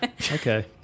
okay